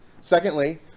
Secondly